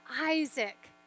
Isaac